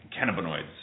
cannabinoids